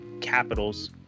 Capitals